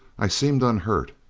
i seemed unhurt.